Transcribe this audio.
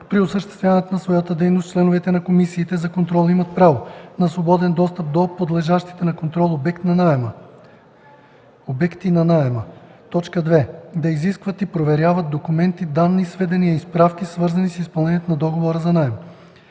При осъществяване на своята дейност членовете на комисиите за контрол имат право: 1. на свободен достъп до подлежащите на контрол обекти на наема; 2. да изискват и проверяват документи, данни, сведения и справки, свързани с изпълнението на договор за наем;